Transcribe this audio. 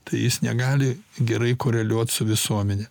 tai jis negali gerai koreliuot su visuomene